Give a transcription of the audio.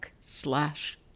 slash